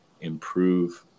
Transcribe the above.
improve